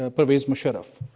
ah pervez musharraf.